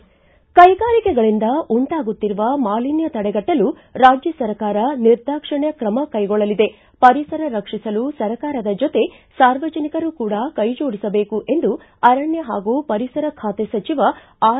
ಕೈಗಾರಿಕೆಗಳಿಂದ ಉಂಟಾಗುತ್ತಿರುವ ಮಾಲಿನ್ನ ತಡೆಗಟ್ಟಲು ರಾಜ್ಯ ಸರ್ಕಾರ ನಿರ್ದಾಕ್ಷಿಣ್ಯ ತ್ರಮ ಕೈಗೊಳ್ಳಲಿದೆ ಪರಿಸರ ರಕ್ಷಿಸಲು ಸರ್ಕಾರದ ಜೊತೆ ಸಾರ್ವಜನಿಕರೂ ಕೂಡ ಕೈಜೋಡಿಸಬೇಕು ಎಂದು ಅರಣ್ಣ ಹಾಗೂ ಪರಿಸರ ಖಾತೆ ಸಚಿವ ಆರ್